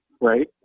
right